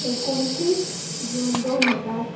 एकोणतीस जून दोन हजार